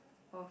of